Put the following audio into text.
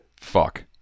Fuck